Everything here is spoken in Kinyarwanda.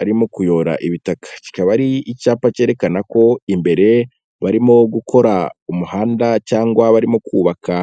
arimo kuyora ibitaka. kikaba ari icyapa cyerekana ko imbere barimo gukora umuhanda cyangwa barimo kubaka.